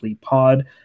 Pod